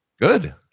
good